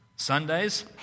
Sundays